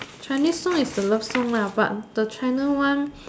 Chinese song is the love song lah but the China one